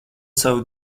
savu